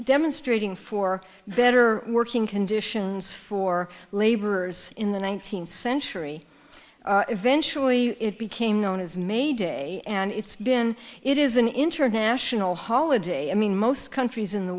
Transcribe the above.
demonstrating for better working conditions for laborers in the one nine hundred century eventually it became known as may day and it's been it is an international holiday i mean most countries in the